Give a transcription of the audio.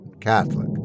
Catholic